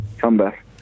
comeback